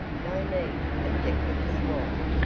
no need, objected the squire,